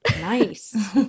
Nice